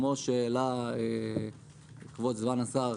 כמו שהעלה כבוד סגן השר